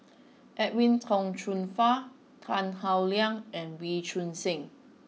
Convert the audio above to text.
Edwin Tong Chun Fai Tan Howe Liang and Wee Choon Seng